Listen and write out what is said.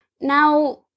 Now